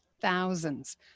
thousands